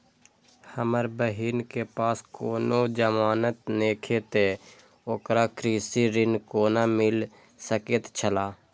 हमर बहिन के पास कोनो जमानत नेखे ते ओकरा कृषि ऋण कोना मिल सकेत छला?